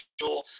sure